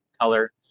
color